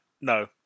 No